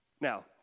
now